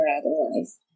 otherwise